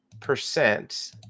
percent